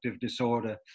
disorder